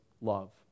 love